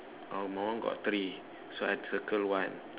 oh my one got three so I circle one